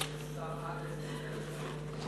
יש שר א' בנימין